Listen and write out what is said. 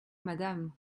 madame